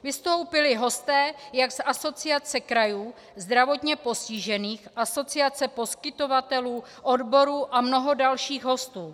Vystoupili hosté jak z Asociace krajů, zdravotně postižených, asociace poskytovatelů, odborů a mnoho dalších hostů.